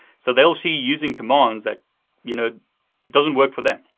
so they'll see you using commands that you know doesn't work for them,